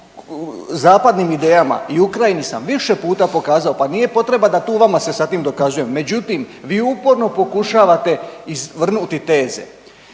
zapadnim idejama i Ukrajini sam više puta pokazao, pa nije potreba da tu vama se sa tim dokazujem. Međutim, vi uporno pokušavate izvrnuti teze.